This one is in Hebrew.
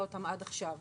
עד 2026